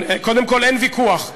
קודם כול אין ויכוח.